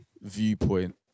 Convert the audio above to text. viewpoint